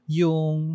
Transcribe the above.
yung